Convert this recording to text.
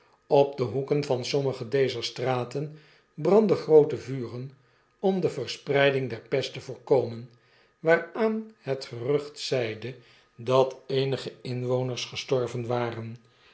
op de hoeken van sommige dezer straten brandden groote vuren om de verspreiding der pest te voorkomen waaraan het gerucht zeide dat eenige inmsners gestorven waren